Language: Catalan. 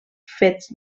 fets